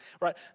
right